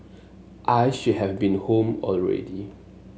I should have been home already